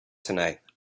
tonight